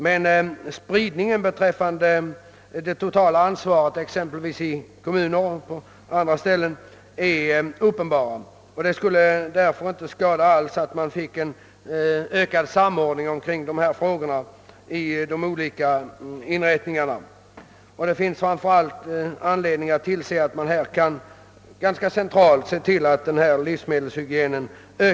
Ansvaret för dessa frågor sprids emellertid ut på alltför många, och det skulle inte skada om man fick en ökad samordning och en ökad centralisering.